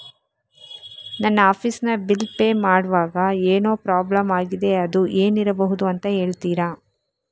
ನನ್ನ ಆಫೀಸ್ ನ bill pay ಮಾಡ್ವಾಗ ಏನೋ ಪ್ರಾಬ್ಲಮ್ ಆಗಿದೆ ಅದು ಏನಿರಬಹುದು ಅಂತ ಹೇಳ್ತೀರಾ?